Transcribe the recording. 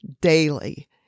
daily